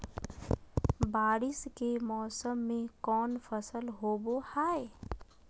बारिस के मौसम में कौन फसल होबो हाय?